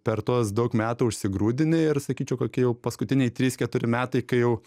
per tuos daug metų užsigrūdini ir sakyčiau kokie jau paskutiniai trys keturi metai kai jau